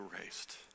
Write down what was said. erased